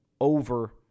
over